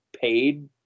paid